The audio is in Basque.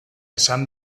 esan